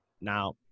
Now